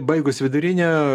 baigus vidurinę